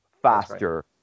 faster